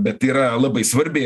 bet yra labai svarbi